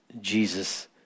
Jesus